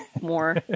more